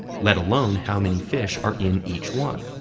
let alone how many fish are in each one.